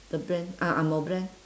the brand ah angmoh brand